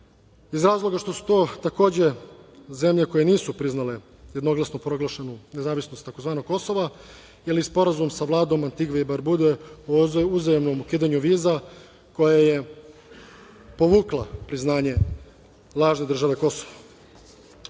iz razloga što su to takođe zemlje koje nisu priznale jednoglasno proglašenu nezavisnost tvz. Kosova ili sporazum sa Vladom Antigve i Barbude o uzajamnom ukidanju viza koja je povukla priznanje lažne države Kosovo. Iz